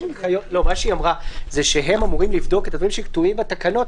מה שהיא אמרה זה שהם אמורים לבדוק את הדברים שכתובים בתקנות,